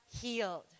healed